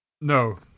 No